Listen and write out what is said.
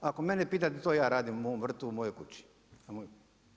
Ako mene pitate, to ja radim u mom vrtu, u mojoj kući.